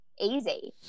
easy